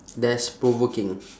dash provoking